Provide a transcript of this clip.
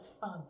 fun